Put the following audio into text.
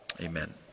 Amen